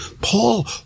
Paul